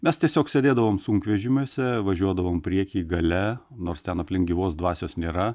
mes tiesiog sėdėdavom sunkvežimiuose važiuodavom prieky gale nors ten aplink gyvos dvasios nėra